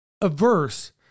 averse